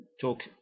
talk